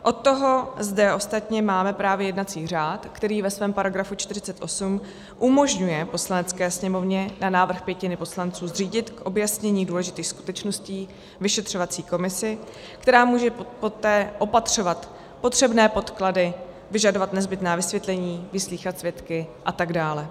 Od toho zde ostatně máme právě jednací řád, který ve svém § 48 umožňuje Poslanecké sněmovně na návrh pětiny poslanců zřídit k objasnění důležitých skutečností vyšetřovací komisi, která může poté opatřovat potřebné podklady, vyžadovat nezbytná vysvětlení, vyslýchat svědky a tak dále.